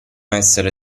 essere